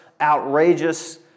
outrageous